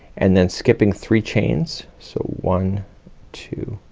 and then skipping three chains. so one two